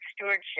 stewardship